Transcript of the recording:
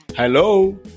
Hello